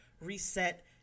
reset